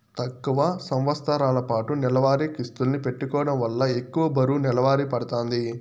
తక్కువ సంవస్తరాలపాటు నెలవారీ కిస్తుల్ని పెట్టుకోవడం వల్ల ఎక్కువ బరువు నెలవారీ పడతాంది